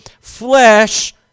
flesh